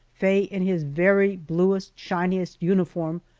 faye in his very bluest, shiniest uniform,